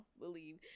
believe